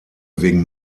wegen